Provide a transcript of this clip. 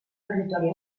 territori